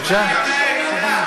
אולי הייתה ירידה.